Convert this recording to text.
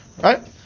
right